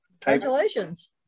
Congratulations